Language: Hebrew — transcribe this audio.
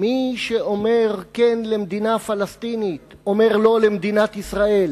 מי שאומר "כן" למדינה פלסטינית אומר "לא" למדינת ישראל,